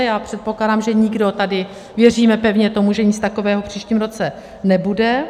Já předpokládám, že nikdo tady, věříme pevně tomu, že nic takového v příštím roce nebude.